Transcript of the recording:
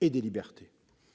et des libertés.